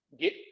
get